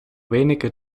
wenige